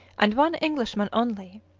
and one englishman only.